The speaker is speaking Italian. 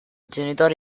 genitori